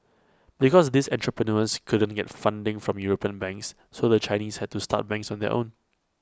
because these entrepreneurs couldn't get funding from european banks so the Chinese had to start banks on their own